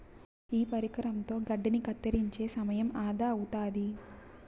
ఈ పరికరంతో గడ్డిని కత్తిరించే సమయం ఆదా అవుతాది